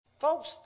Folks